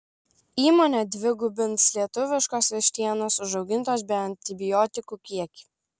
įmonė dvigubins lietuviškos vištienos užaugintos be antibiotikų kiekį